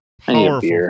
powerful